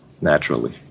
naturally